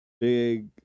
big